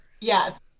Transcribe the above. Yes